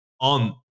on